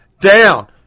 down